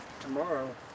tomorrow